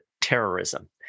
Terrorism